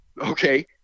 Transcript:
Okay